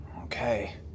Okay